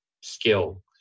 skill